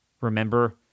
Remember